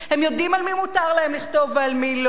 הם יודעים על מי מותר להם לכתוב ועל מי לא,